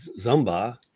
Zumba